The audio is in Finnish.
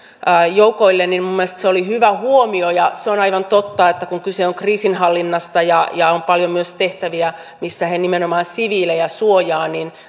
joukoille oli hyvä huomio ja on aivan totta että kun kyse on kriisinhallinnasta ja ja on paljon myös tehtäviä missä he suojaavat nimenomaan siviilejä niin